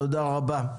תודה רבה,